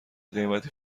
قیمتی